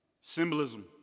Symbolism